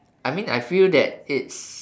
I mean I feel that it's